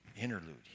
interlude